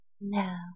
now